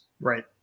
Right